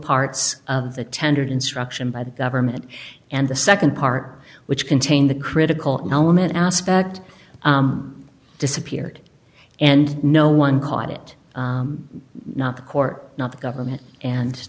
parts of the tendered instruction by the government and the nd part which contained the critical element aspect disappeared and no one caught it not the court not the government and